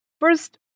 first